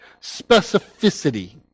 specificity